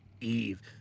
Eve